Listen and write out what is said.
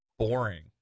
boring